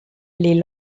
les